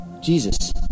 Jesus